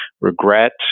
regret